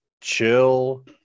chill